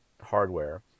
hardware